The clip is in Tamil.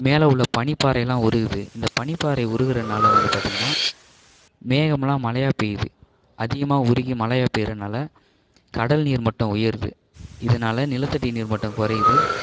மேலே உள்ள பனிப்பாறையெலாம் உருகுது இந்த பனிப்பாறை உருகிறனால வந்து பார்த்தீங்கன்னா மேகமெலாம் மழையா பெய்யுது அதிகமாக உருகி மலையாக பெய்கிறனால கடல் நீர் மட்டம் உயருது இதனால் நிலத்தடி நீர் மட்டம் குறையுது